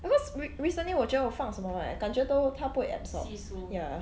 because re~ recently 我觉得我放什么 right 感觉都它不会 absorb ya